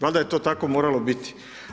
Valjda je to tako moralo biti.